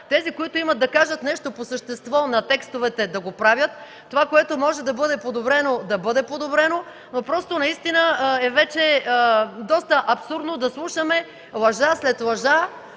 тези, които имат да кажат нещо по същество на текстовете, да го правят. Това, което може да бъде подобрено, да бъде подобрено, но вече наистина е доста абсурдно да слушаме лъжа след лъжа,